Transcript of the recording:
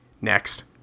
Next